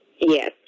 Yes